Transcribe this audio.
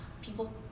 people